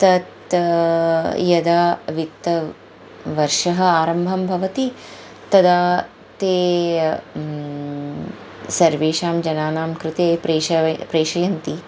तत् यदा वित्तवर्षः आरम्भं भवति तदा ते सर्वेषां जनानां कृते प्रेष प्रेषयन्ति